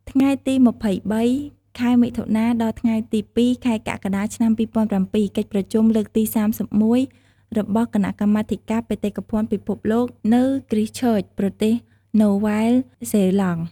ថ្ងៃទី២៣ ខែមិថុនា ដល់ថ្ងៃទី០២ ខែកក្កដា ឆ្នាំ២០០៧ កិច្ចប្រជុំលើកទី៣១ របស់គណៈកម្មាធិការបេតិកភណ្ឌពិភពលោក នៅហ្គ្រីសឆឺច (Christchuech) ប្រទេសណូវែលហ្សេឡង់។